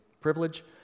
privilege